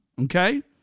okay